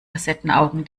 facettenaugen